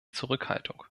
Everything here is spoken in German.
zurückhaltung